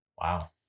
Wow